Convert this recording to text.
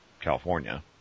California